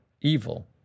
evil